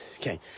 Okay